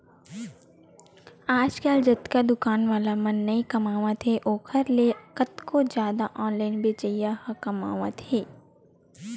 आजकल जतका दुकान वाला मन नइ कमावत हे ओखर ले कतको जादा ऑनलाइन बेचइया ह कमावत हें